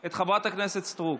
את חברת הכנסת סטרוק.